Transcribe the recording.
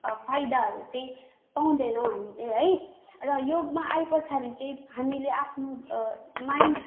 फाइदाहरू चाहिँ पाउँदैनौँ हामीले है अब योगमा आए पछाडि चैँ हामीले आफ्नो माइन्ड